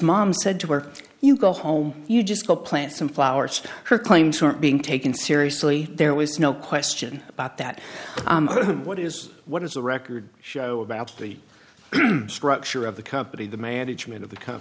mom said to her you go home you just go plant some flowers her claim to being taken seriously there was no question about that what is what is the record show about the structure of the company the management of